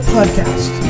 Podcast